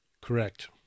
Correct